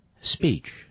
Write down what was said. speech